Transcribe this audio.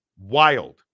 Wild